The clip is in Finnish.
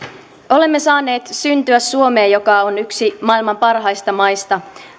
olemme saaneet syntyä suomeen joka on yksi maailman parhaista maista